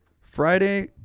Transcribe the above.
Friday